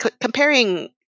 comparing